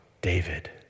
David